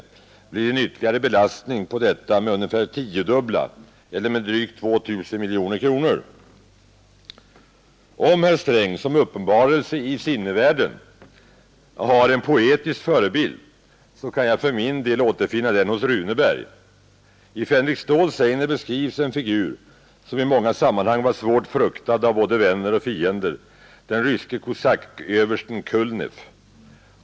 Det blir en ytterligare belastning på detta Torsdagen den med ungefär det tiodubbla eller med drygt 2 000 miljoner kronor. 9 november 1972 Om herr Sträng som uppenbarelse i sinnevärlden har en poetisk — förebild, kan jag för min del återfinna den hos Runeberg i ”Fänrik Ståls sägner”. Där beskrivs en figur som i många sammanhang var svårt fruktad av både vänner och fiender, den ryske kosacköversten Kulneff.